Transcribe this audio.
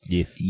Yes